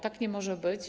Tak nie może być.